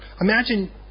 Imagine